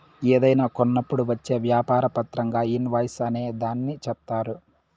ఏదైనా కొన్నప్పుడు వచ్చే వ్యాపార పత్రంగా ఇన్ వాయిస్ అనే దాన్ని చెప్తారు